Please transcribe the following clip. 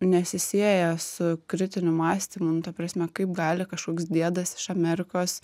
nesisieja su kritiniu mąstymu nu ta prasme kaip gali kažkoks diedas iš amerikos